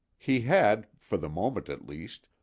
he had, for the moment at least,